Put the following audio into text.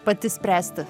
pati spręsti